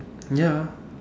ya